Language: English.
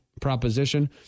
proposition